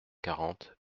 quarante